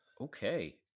Okay